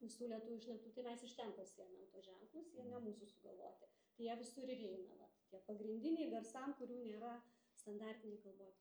visų lietuvių šnektų tai mes iš ten pasiėmėm tuos ženklus jie ne mūsų sugalvoti tie jie visur ir eina va tie pagrindiniai garsam kurių nėra standartinėj kalboj